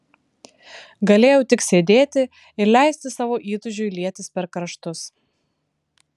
galėjau tik sėdėti ir leisti savo įtūžiui lietis per kraštus